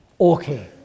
Okay